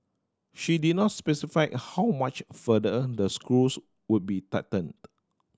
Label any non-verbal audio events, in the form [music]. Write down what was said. she did not specify how much further [unintelligible] the screws would be tightened